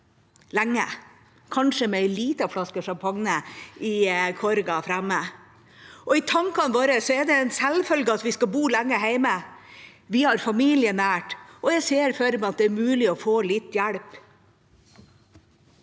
lenge – kanskje med en liten flaske champagne i korga framme. I tankene våre er det en selvfølge at vi skal bo lenge hjemme. Vi har familie nært, og jeg ser for meg at det er mulig å få litt hjelp.